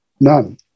None